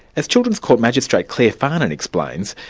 as children's court magistrate clare farnan explains,